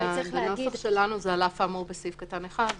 בנוסח שלנו זה "על אף האמור בסעיף קטן (1)".